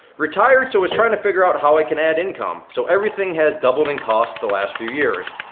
retired so was trying to figure out how i can add income. so everything has doubled in cost the last few years.